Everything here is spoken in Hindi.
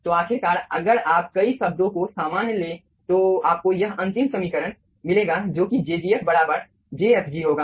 तो आखिरकार अगर आप कई शब्दों को सामान्य लें तो आपको यह अंतिम समीकरण मिलेगा जो कि jgf बराबर jfg होगा